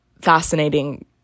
fascinating